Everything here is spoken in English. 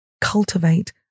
cultivate